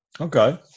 okay